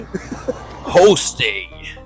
Hosting